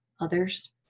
Others